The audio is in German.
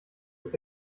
wird